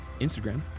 Instagram